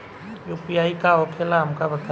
UPI का होखेला हमका बताई?